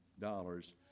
dollars